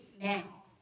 now